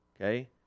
okay